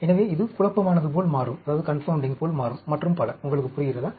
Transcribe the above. எனவே இது குழப்பமானது போல் மாறும் மற்றும் பல உங்களுக்குப் புரிகிறதா